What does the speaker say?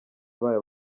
bayo